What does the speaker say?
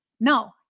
No